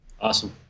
awesome